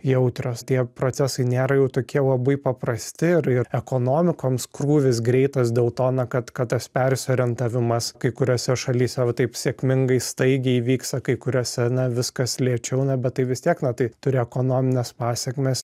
jautrios tie procesai nėra jau tokie labai paprasti ir ir ekonomikoms krūvis greitas dėl to na kad kad kad tas persiorientavimas kai kuriose šalyse va taip sėkmingai staigiai vyksta kai kuriose na viskas lėčiau na bet tai vis tiek tai turi ekonomines pasėkmes